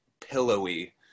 pillowy